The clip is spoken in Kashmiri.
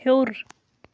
ہیوٚر